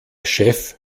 chef